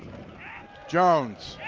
jones,